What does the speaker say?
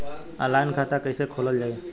Online खाता कईसे खोलल जाई?